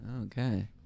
Okay